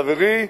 חברי,